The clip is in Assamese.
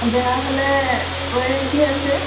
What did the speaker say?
বেয়া হ'লে ৱাৰেণ্টি আছে